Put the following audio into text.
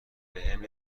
بهم